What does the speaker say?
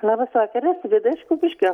labas vakaras vida iš kupiškio